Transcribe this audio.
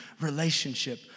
relationship